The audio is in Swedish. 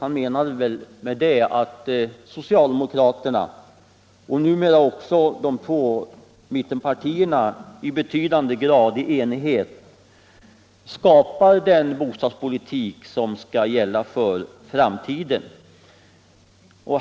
Han menade väl med det att socialdemokraterna och numera också de två mittenpartierna i en betydande grad av enighet skapar den bostadspolitik som skall gälla för framtiden.